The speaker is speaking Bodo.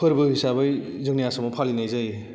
फोरबो हिसाबै जोंनि आसामाव फालिनाय जायो